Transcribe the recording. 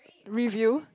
review